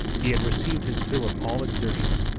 he had received his fill of all exertions,